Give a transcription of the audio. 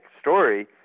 story